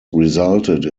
resulted